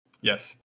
Yes